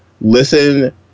listen